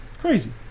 Crazy